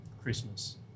Christmas